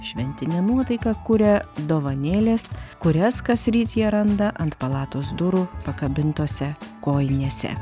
šventinę nuotaiką kuria dovanėlės kurias kasryt jie randa ant palatos durų pakabintose kojinėse